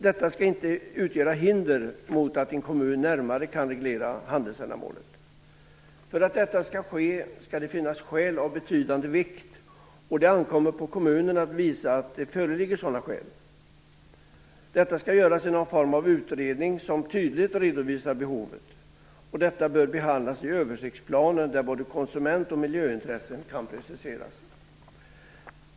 Detta skall inte utgöra ett hinder mot att en kommun närmare kan reglera handelsändamålet. För att detta skall ske skall det finnas skäl av betydande vikt. Det ankommer på kommunen att visa att det föreligger sådana skäl. Detta skall göras i någon form av utredning som tydligt redovisar behovet. Detta bör behandlas i översiktsplanen, där både konsument och miljöintressen kan preciseras.